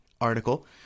article